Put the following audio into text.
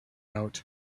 out